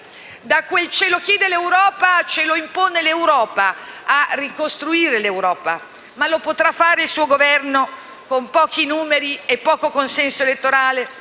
Da quel «ce lo chiede l'Europa», a «ce lo impone l'Europa» a ricostruire l'Europa; ma lo potrà fare il suo Governo con pochi numeri, con poco consenso elettorale?